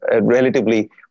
relatively –